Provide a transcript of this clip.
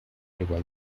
igual